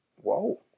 whoa